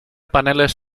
paneles